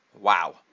Wow